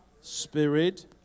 spirit